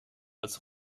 als